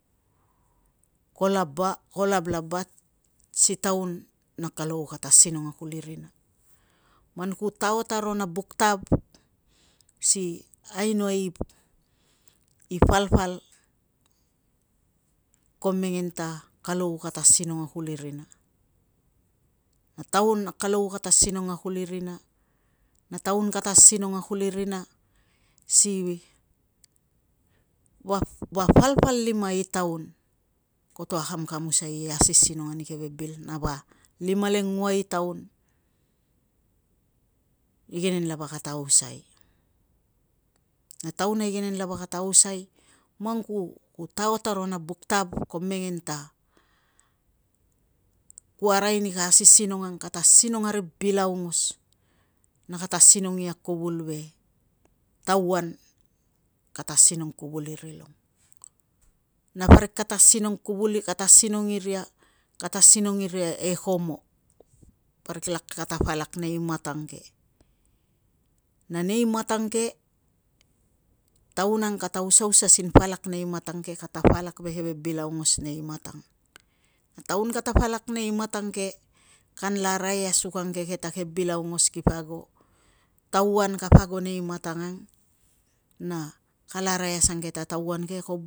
ko lavlabat si taun a kalou kata asinong a kuli rina. Man ku taot aro na buk tav si ainoai i palpal ko mengen ta kalou kata asinong a kuli rina. Na taun kata asinong a kuli rina na taun kata asinong a kuli rina si va palpalima i taun koto akamkamusai i asisinong ani keve bil ang, na va limalengua i taun igenen lava kata ausai. Na taun a igenen lava kata ausai man ku taot aro na buk tav ko mengen ta ku arai ni ke asisinong ang kata asisnong a ri bil aongos na kata asinong ia kuvul ve tauan. Kata asinong iria e komo. Parik, kata palak nei matang ke, na nei matang ke, taun ang kata usausa sin palak nei matang ke kata palak ve keve bil aongos nei matang na taun kata palak nei matang kanla arai asukangeke ta keve bil augos kipa ago. Tauan kapa ago nei matang ang, na kala arai asange ta tauan ke ko